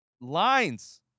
Lines